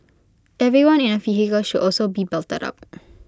everyone in A vehicle should also be belted up